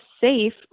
safe